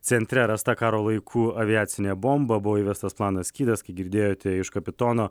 centre rasta karo laikų aviacinė bomba buvo įvestas planas skydas kai girdėjote iš kapitono